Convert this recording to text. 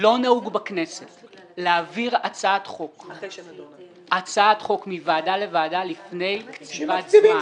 לא נהוג בכנסת להעביר הצעת חוק מוועדה לוועדה לפני קציבת זמן.